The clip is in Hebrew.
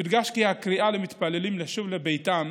יודגש כי הקריאה למתפללים לשוב לביתם